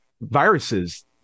viruses